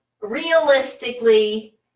realistically